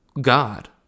God